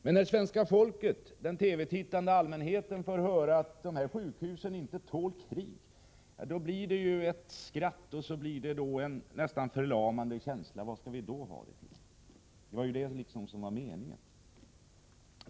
Men när svenska folket, den TV-tittande allmänheten, får höra att de här sjukhusen inte tål krig, blir det ett skratt och en nästan förlamande känsla: vad skall vi ha det till, det var ju liksom det som var meningen?